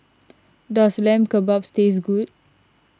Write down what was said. does Lamb Kebabs taste good